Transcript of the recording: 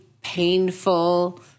painful